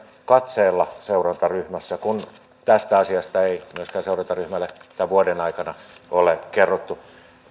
katseella seuranta ryhmässä kun tästä asiasta ei myöskään seurantaryhmälle tämän vuoden aikana ole kerrottu